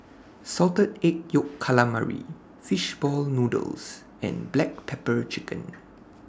Salted Egg Yolk Calamari Fish Ball Noodles and Black Pepper Chicken